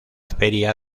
feria